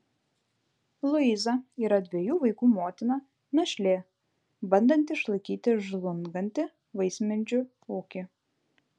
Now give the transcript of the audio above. luiza yra dviejų vaikų motina našlė bandanti išlaikyti žlungantį vaismedžių ūkį